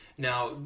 Now